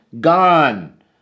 gone